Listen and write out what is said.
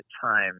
time